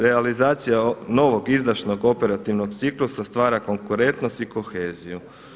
Realizacija novog izdašnog operativnog ciklusa strava konkurentnost i koheziju.